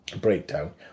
breakdown